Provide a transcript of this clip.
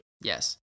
Yes